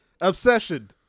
Obsession